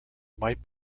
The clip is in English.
might